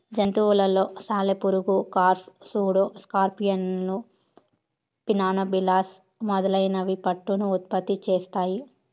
జంతువులలో సాలెపురుగులు, carp, pseudo స్కార్పియన్లు, పిన్నా నోబిలస్ మొదలైనవి పట్టును ఉత్పత్తి చేస్తాయి